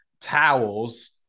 towels